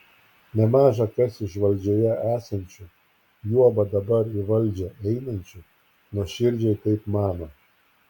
nemaža kas iš valdžioje esančių juoba dabar į valdžią einančių nuoširdžiai taip mano